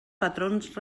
patrons